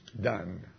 done